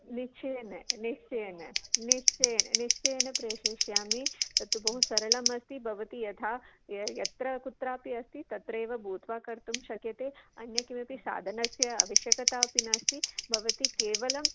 निच्छयेन निश्चयेन निश्चयेन निश्चयेन प्रेषयिष्यामि तत्तु बहु सरलम् अस्ति भवति यथा यत् यत्र कुत्रापि अस्ति तत्रेव भूत्वा कर्तुं शक्यते अन्यत् किमपि साधनस्य आवश्यकता अपि नास्ति भवती केवलं